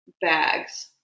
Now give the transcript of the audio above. bags